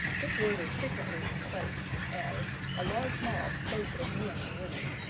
this word is frequently misplaced as, a large mob, both of men and women.